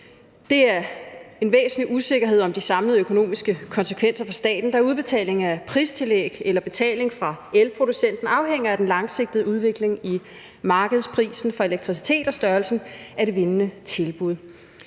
indebærer en væsentlig usikkerhed om de samlede økonomiske konsekvenser for staten, da udbetaling af pristillæg eller betaling fra elproducenten afhænger af den langsigtede udvikling i markedsprisen for elektricitet og størrelsen af det vindende tilbud.